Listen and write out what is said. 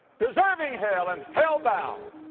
deserving hell and hell-bound,